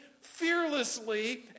fearlessly